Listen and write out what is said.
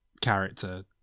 character